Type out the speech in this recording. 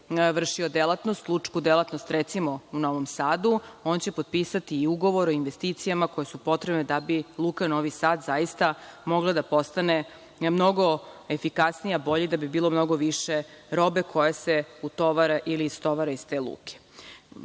vršio lučku delatnost recimo u Novom Sadu, on će potpisati i ugovor o investicijama koje su potrebne da bi Luka Novi Sad zaista mogla da postane mnogo efikasnija, bolja i da bi bilo mnogo više robe koja se utovara ili istovara iz te